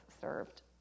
served